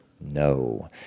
No